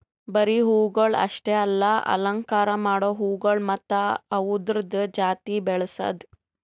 ಬರೀ ಹೂವುಗೊಳ್ ಅಷ್ಟೆ ಅಲ್ಲಾ ಅಲಂಕಾರ ಮಾಡೋ ಹೂಗೊಳ್ ಮತ್ತ ಅವ್ದುರದ್ ಜಾತಿ ಬೆಳಸದ್